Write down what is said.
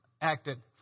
acted